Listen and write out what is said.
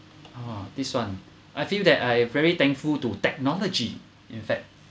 !wah! this one I feel that I am very thankful to technology in fact